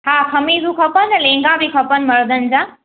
हा खमीसूं खपनि ऐं लेंगा बि खपनि मर्दनि जा